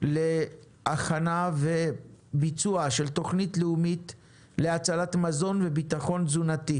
להכנה ולביצוע של תוכנית לאומית להצלת מזון וביטחון תזונתי.